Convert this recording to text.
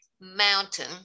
mountain